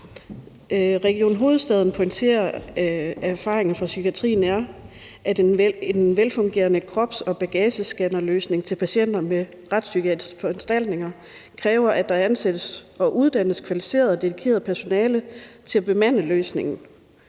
Region Hovedstaden pointerer, at erfaringer fra psykiatrien er, at en velfungerende krops- og bagagescannerløsning til patienter ved retspsykiatriske foranstaltninger kræver, at der ansættes og uddannes kvalificeret og dedikeret personale til at bemande løsningen.